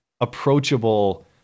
approachable